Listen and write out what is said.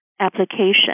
application